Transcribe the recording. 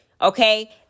Okay